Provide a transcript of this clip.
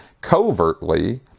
covertly